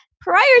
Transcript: Prior